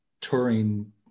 touring